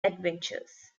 adventures